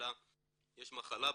אלא יש מחלה,